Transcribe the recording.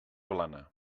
blana